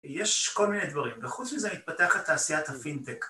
יש כל מיני דברים, וחוץ מזה מתפתחת תעשיית הוינטק.